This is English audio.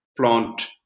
plant